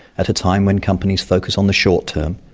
at a time when companies focus on the short-term,